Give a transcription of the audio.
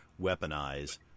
weaponize